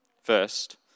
First